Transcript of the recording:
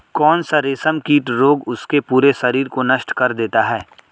कौन सा रेशमकीट रोग उसके पूरे शरीर को नष्ट कर देता है?